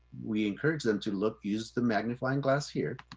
we encourage them to look, use the magnifying glass here,